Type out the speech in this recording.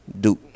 Duke